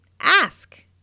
Ask